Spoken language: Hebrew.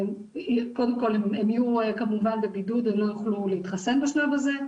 קודם כל הם יהיו כמובן בבידוד והם לא יוכלו להתחסן בשלב הזה,